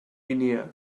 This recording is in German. guinea